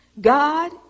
God